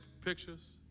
pictures